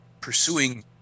pursuing